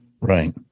Right